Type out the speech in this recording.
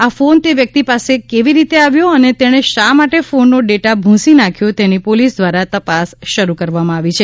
આ ફોન તે વ્યક્તિ પાસે કેવી રીતે આવ્યો અને તેણે શા માટે ફોનનો ડેટા ભૂંસી નાખ્યો તેની પોલિસ દ્વારા તપાસ શરૂ કરવામાં આવી છે